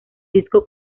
disco